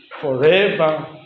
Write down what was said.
Forever